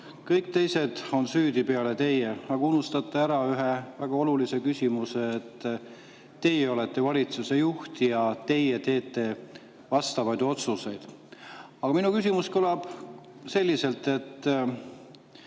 kõik teised on süüdi peale teie. Aga te unustate ära ühe väga olulise asja: teie olete valitsuse juht ja teie teete vastavaid otsuseid. Aga minu küsimus kõlab selliselt: kas